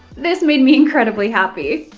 this made me incredibly happy.